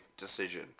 decision